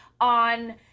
on